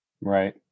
right